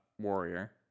warrior